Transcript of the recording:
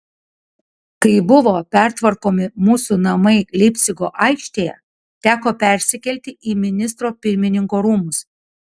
kai buvo pertvarkomi mūsų namai leipcigo aikštėje teko persikelti į ministro pirmininko rūmus